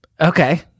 Okay